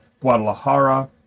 Guadalajara